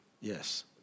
Yes